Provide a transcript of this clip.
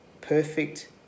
perfect